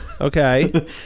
Okay